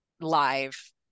live